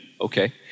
Okay